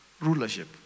rulership